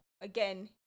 again